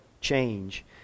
change